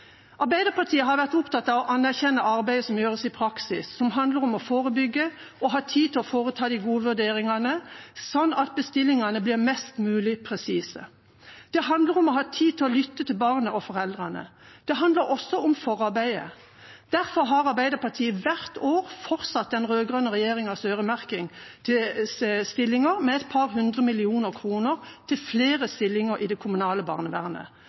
Arbeiderpartiet har vært opptatt av å anerkjenne arbeidet som gjøres i praksis, som handler om å forebygge og ha tid til å foreta de gode vurderingene, sånn at bestillingene blir mest mulig presise. Det handler om å ha tid til å lytte til barnet og foreldrene. Det handler også om forarbeidet. Derfor har Arbeiderpartiet hvert år fortsatt den rød-grønne regjeringas øremerking, med et par hundre millioner kroner til flere stillinger i det kommunale barnevernet,